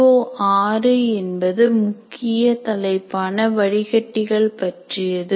CO6 என்பது முக்கிய தலைப்பான வடிகட்டிகள் பற்றியது